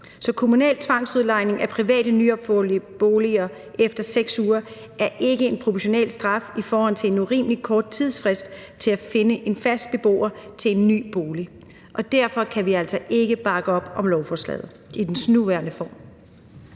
Så kommunal tvangsudlejning af private nyopførte boliger efter 6 uger er ikke en proportionel straf i forhold til en urimelig kort tidsfrist til at finde en fast beboer til en ny bolig. Derfor kan vi altså ikke bakke op om lovforslaget i dets nuværende form.